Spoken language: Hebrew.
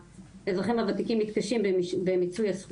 הוא פנה לעירייה וביקש לקבל את ההחזר.